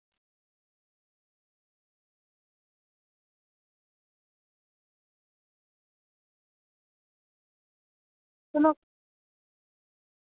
चलो